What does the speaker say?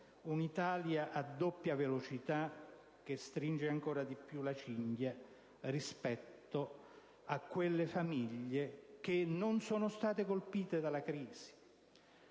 Un'Italia a doppia velocità, che stringe ancora di più la cinghia rispetto a quelle famiglie che non sono state colpite dalla crisi